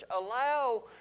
allow